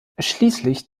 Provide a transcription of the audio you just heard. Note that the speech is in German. schließlich